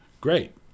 Great